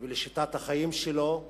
ולשיטת החיים שלו.